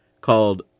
called